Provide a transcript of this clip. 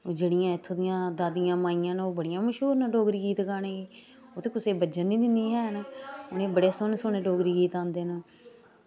जेह्ड़ियां इ'त्थुं दियां दादियां माइयां न ओह् बड़ियां मशहूर न डोगरी गीत गाने गी उ'त्थें कुसै ई बज्जन निं दिंदियां हैन उ'नें बड़े सोह्ने सोह्ने डोगरी गीत आंदे न